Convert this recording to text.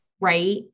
right